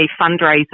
fundraiser